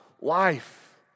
life